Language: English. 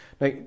Now